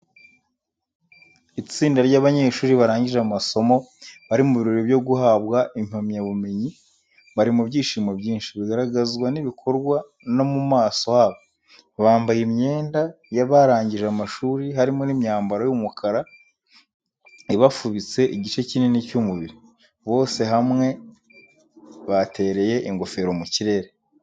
Itsinda ry’abanyeshuri barangije amasomo bari mu birori byo guhabwa impamyabumenyi. Bari mu byishimo byinshi, bigaragazwa n’ibikorwa no mu maso habo. Bambaye imyenda y’abarangije amashuri harimo n'imyambaro y'umukara ibafubitse igice kinini cy’umubiri. Bose hamwe batereye ingofero mu kirere.